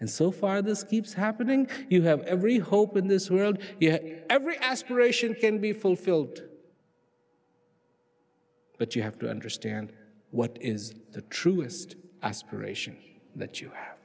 and so far this keeps happening you have every hope in this world every aspiration can be fulfilled but you have to understand what is the truest aspiration that you have